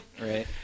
Right